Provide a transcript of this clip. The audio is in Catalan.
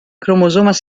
cromosomes